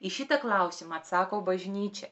į šitą klausimą atsako bažnyčia